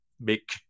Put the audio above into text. make